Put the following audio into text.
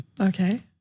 Okay